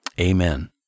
Amen